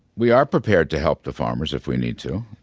we are prepared to help the farmers if we need to.